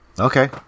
okay